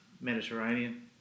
Mediterranean